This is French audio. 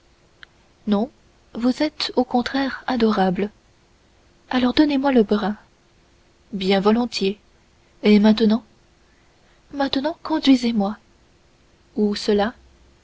non vous êtes au contraire adorable alors donnez-moi le bras bien volontiers et maintenant maintenant conduisez-moi où cela